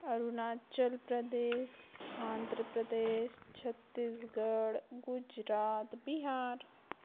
Arunachal Pradesh Andhra Pradesh Chhattisgarh Gujarat Bihar